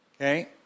Okay